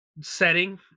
setting